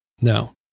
No